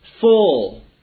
full